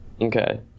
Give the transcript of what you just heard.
Okay